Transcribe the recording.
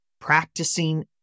practicing